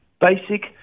basic